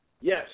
Yes